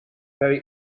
very